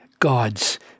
God's